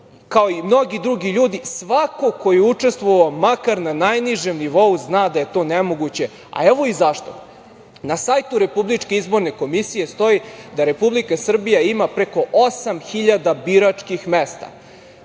kao i mnogi drugi ljudi, svako ko je učestvovao makar na najnižem nivou zna da je to nemoguće, a evo i zašto. Na sajtu RIK stoji da Republika Srbija ima preko 8.000 biračkih mesta.